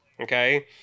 okay